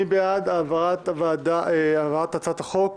מי בעד העברת הצעת החוק